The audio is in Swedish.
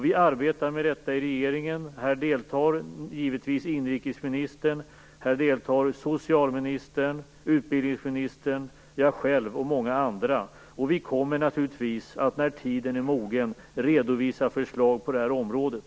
Vi arbetar med detta i regeringen. Här deltar givetvis inrikesministern, socialministern, utbildningsministern, jag själv och många andra. Vi kommer naturligtvis att när tiden är mogen redovisa förslag på det här området.